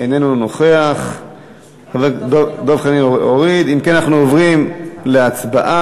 אושרה ותמשיך להידון בוועדה.